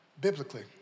biblically